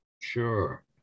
sure